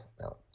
No